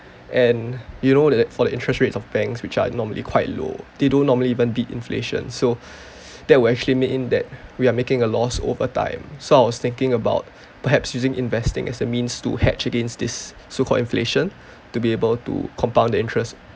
and you know that for the interest rates of banks which are normally quite low they don't normally even beat inflation so that will actually mean that we are making a loss over time so I was thinking about perhaps using investing as a means to hatch against this so called inflation to be able to compound interest